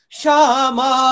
shama